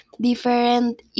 different